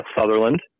Sutherland